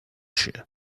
she